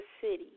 city